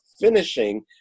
finishing